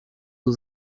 aux